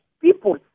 people